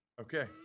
Okay